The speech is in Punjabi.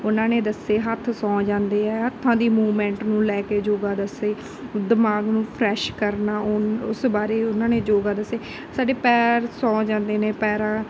ਉਹਨਾਂ ਨੇ ਦੱਸੇ ਹੱਥ ਸੌ ਜਾਂਦੇ ਹੈ ਹੱਥਾਂ ਦੀ ਮੂਵਮੈਂਟ ਨੂੰ ਲੈ ਕੇ ਯੋਗਾ ਦੱਸੇ ਦਿਮਾਗ ਨੂੰ ਫਰੈਸ਼ ਕਰਨਾ ਉਨ ਉਸ ਬਾਰੇ ਉਹਨਾਂ ਨੇ ਯੋਗਾ ਦੱਸੇ ਸਾਡੇ ਪੈਰ ਸੌ ਜਾਂਦੇ ਨੇ ਪੈਰਾਂ